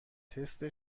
تست